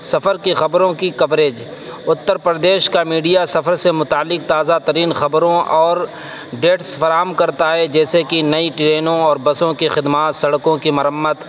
سفر کی خبروں کی کوریج اتّر پردیش کا میڈیا سفر سے متعلق تازہ ترین خبروں اور ڈیٹس فراہم کرتا ہے جیسے کہ نئی ٹرینوں اور بسوں کی خدمات سڑکوں کی مرمت